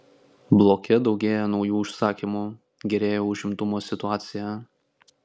bloke daugėja naujų užsakymų gerėja užimtumo situacija